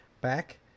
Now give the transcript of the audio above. back